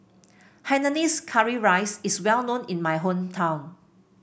Hainanese Curry Rice is well known in my hometown